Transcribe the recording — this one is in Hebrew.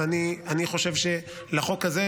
אבל אני חושב שלחוק הזה,